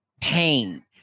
pain